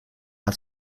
het